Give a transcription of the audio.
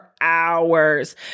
hours